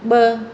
ब॒